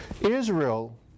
Israel